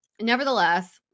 nevertheless